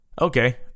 Okay